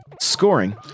Scoring